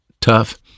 tough